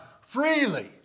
freely